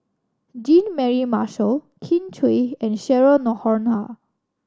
Jean Mary Marshall Kin Chui and Cheryl Noronha